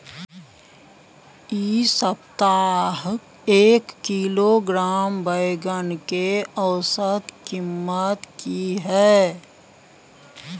इ सप्ताह एक किलोग्राम बैंगन के औसत कीमत की हय?